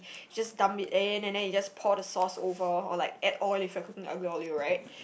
just dump it in and then you just pour the sauce over or like add oil if you're cooking aglio olio right